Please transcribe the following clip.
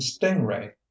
stingray